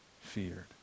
feared